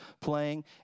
playing